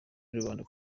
rubanda